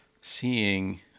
seeing